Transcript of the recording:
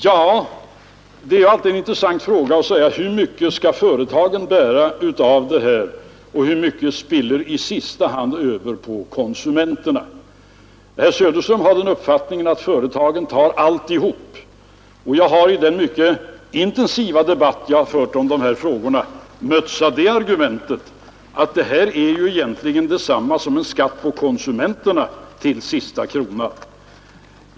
Ja, det är alltid intressant att fråga hur mycket företagen skall bära av detta och hur mycket som i sista hand spiller över på konsumenterna. Herr Söderström har den uppfattningen att företagen bär alltihop. Jag har i den mycket intensiva debatt som jag fört i dessa frågor mötts av det argumentet, att detta egentligen är detsamma som en skatt på konsumenterna till sista kronan.